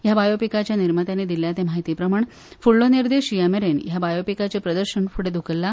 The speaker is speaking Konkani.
ह्या बायोपिकाच्या निर्मात्यानी दिल्या ते म्हायती प्रमाण फुडलो निर्देश येय मेरेन ह्या बायोपिकाचें प्रदर्शन फुडें धुकल्ला